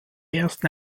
ersten